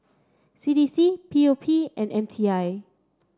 C D C P O P and M T I